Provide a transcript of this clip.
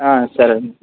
సరేనండి